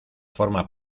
forma